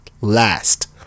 last